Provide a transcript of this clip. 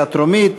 לקריאה טרומית.